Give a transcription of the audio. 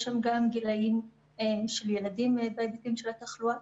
יש שם גם גילאים של ילדים בהיבטים של התחלואה.